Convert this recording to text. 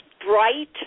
bright